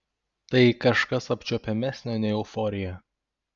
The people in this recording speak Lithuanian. tai kažkas apčiuopiamesnio nei euforija